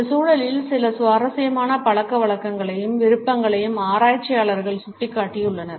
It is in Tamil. இந்த சூழலில் சில சுவாரஸ்யமான பழக்கவழக்கங்களையும் விருப்பங்களையும் ஆராய்ச்சியாளர்கள் சுட்டிக்காட்டியுள்ளனர்